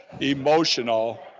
emotional